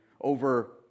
over